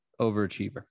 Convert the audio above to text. overachiever